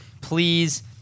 Please